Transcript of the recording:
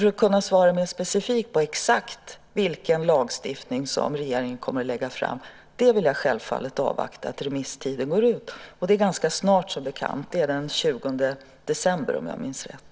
För att kunna svara mer specifikt på exakt vilken lagstiftning som regeringen kommer att lägga fram vill jag självfallet avvakta remisstidens utgång. Det är ganska snart, som bekant. Det är den 20 december, om jag minns rätt.